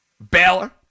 Baylor